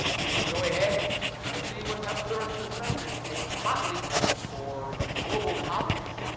you can go ahead and kinda kind of see what's up for the rest of the semester. you'll see a bunch of hotlinks for global topics,